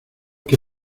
que